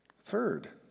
Third